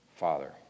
father